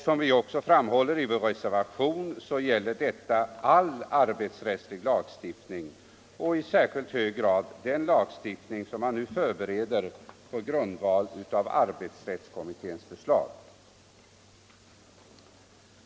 Som vi framhåller i vår reservation, nr 2, gäller detta all arbetsrättslig lagstiftning och i särskilt hög grad den lagstiftning som nu förbereds på grundval av arbetsrättskommitténs förslag.